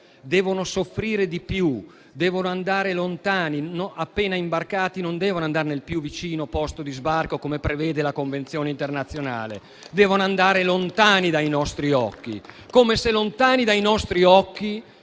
devono soffrire di più, devono andare lontani; appena imbarcati, non devono andare nel più vicino posto di sbarco, come prevede la convenzione internazionale, devono andare lontani dai nostri occhi, come se lontani dai nostri occhi